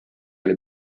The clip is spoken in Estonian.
oli